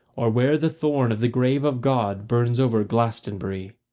or where the thorn of the grave of god burns over glastonbury.